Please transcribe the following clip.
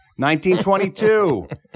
1922